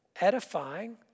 edifying